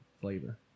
flavor